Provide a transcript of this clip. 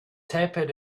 tapped